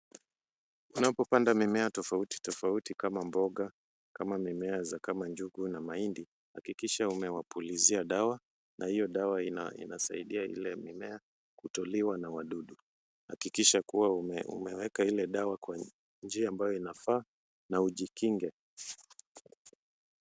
Unapopanda mimea tofauti tofauti kama mboga ,njugu na mahindi hakikisha umewapulizia dawa na hiyo dawa inasaidia ile mimea kutuliwa na wadudu. Hakikisha kuwa umeweka ile dawa kwa njia ambayo inafaa na ujikinge.